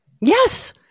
Yes